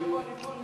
אני פה, אני פה.